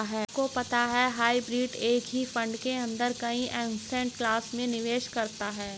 आपको पता है हाइब्रिड एक ही फंड के अंदर कई एसेट क्लास में निवेश करता है?